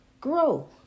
Grow